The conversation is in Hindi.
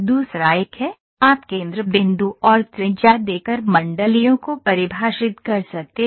दूसरा एक है आप केंद्र बिंदु और त्रिज्या देकर मंडलियों को परिभाषित कर सकते हैं